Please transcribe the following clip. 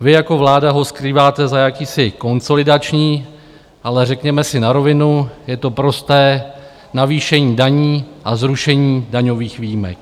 Vy jako vláda ho skrýváte za jakýsi konsolidační, ale řekněme si na rovinu, je to prosté navýšení daní a zrušení daňových výjimek.